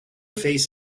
face